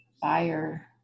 Fire